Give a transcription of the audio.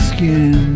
Skin